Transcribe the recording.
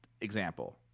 example